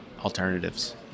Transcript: alternatives